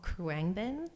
Kruangbin